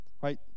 right